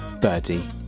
Birdie